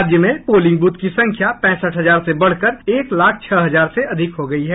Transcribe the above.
राज्य में पोलिंग दृथ्य की संख्या पैसठ हजार से बढकर एक लाख छह हजार से अधिक हो गयी है